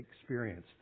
experienced